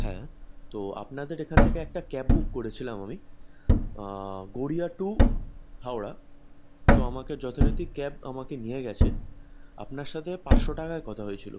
হ্যাঁ তো আপনাদের এখান থেকে একটা ক্যাব বুক করেছিলাম আমি গড়িয়া টু হাওড়া তো আমাকে যথারীতি ক্যাব আমাকে নিয়ে গিয়েছে আপনার সাথে পাঁচশো টাকায় কথা হয়েছিল